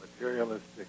materialistic